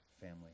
family